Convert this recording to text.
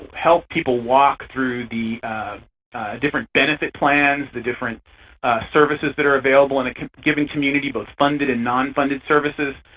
help people walk through the different benefit plans, the different services that are available in a given community, both funded and non-funded services.